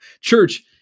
church